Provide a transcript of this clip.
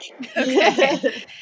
Okay